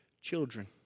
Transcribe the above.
children